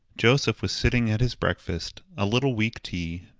joseph was sitting at his breakfast a little weak tea,